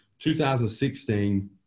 2016